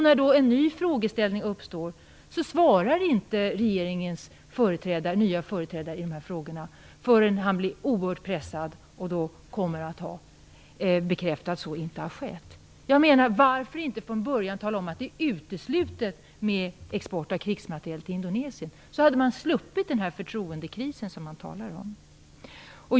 När då en ny frågeställning uppstår svarar inte regeringens nya företrädare i de här frågorna förrän han blir oerhört pressad och bekräftar då att någon sådan export inte har skett. Varför inte från början tala om att det är uteslutet med export av krigsmateriel till Indonesien? Då hade man sluppit den förtroendekris som det talas om.